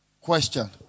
Question